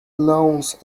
loans